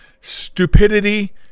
stupidity